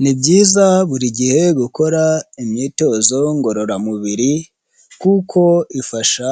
Ni byiza buri gihe gukora imyitozo ngororamubiri kuko ifasha